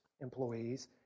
employees